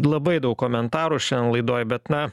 labai daug komentarų šian laidoj bet na